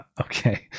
okay